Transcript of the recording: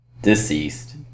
Deceased